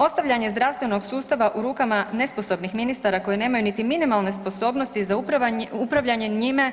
Ostavljanje zdravstvenog sustava u rukama nesposobnih ministara koji nemaju niti minimalne sposobnosti za upravljanje njime,